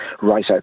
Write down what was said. right